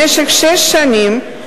במשך שש שנים,